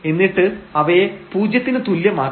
എന്നിട്ട് അവയെ പൂജ്യത്തിന് തുല്യമാക്കണം